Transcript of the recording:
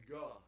God